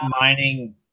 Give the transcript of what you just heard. mining